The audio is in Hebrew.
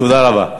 תודה רבה.